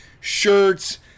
shirts